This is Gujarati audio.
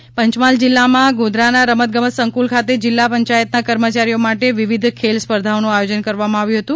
ખેલ સ્પર્ધાઓ પંચમહાલ જિલ્લામાં ગોધરાના રમત ગમત સંકુલ ખાતે જિલ્લા પંચાયતના કર્મચારીઓ માટે વિવિધ ખેલ સ્પર્ધાઓનું આયોજન કરવામાં આવ્યું હતું